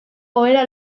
ohera